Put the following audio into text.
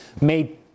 made